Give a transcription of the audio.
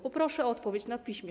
Poproszę o odpowiedź na piśmie.